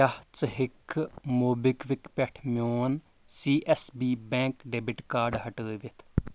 کیٛاہ ژٕ ہٮ۪کِکھٕ موبہِ کِک پٮ۪ٹھٕ میٛون C S B bank debit card ہٹٲوِتھ